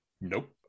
Nope